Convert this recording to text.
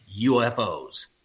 UFOs